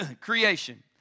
creation